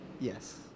Yes